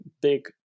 big